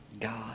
God